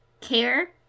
Care